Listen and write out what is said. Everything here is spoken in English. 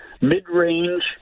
mid-range